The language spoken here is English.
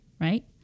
right